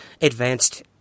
advanced